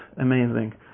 amazing